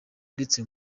ndetse